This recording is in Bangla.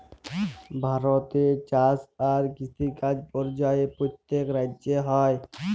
ভারতে চাষ আর কিষিকাজ পর্যায়ে প্যত্তেক রাজ্যে হ্যয়